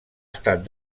estat